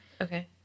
Okay